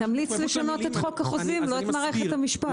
תמליץ לשנות את חוק החוזים ולא את מערכת המשפט.